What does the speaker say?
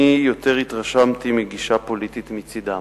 אני התרשמתי יותר מגישה פוליטית מצדם.